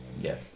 yes